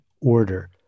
order